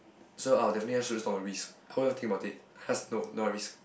so I'll definitely not a risk how I won't even think about it just no not a risk